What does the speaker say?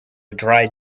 dry